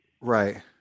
Right